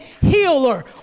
healer